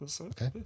Okay